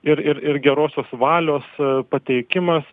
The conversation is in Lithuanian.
ir ir ir gerosios valios pateikimas